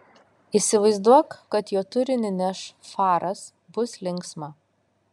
įsivaizduok kad jo turinį neš faras bus linksma